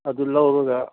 ꯑꯗꯨ ꯂꯧꯔꯒ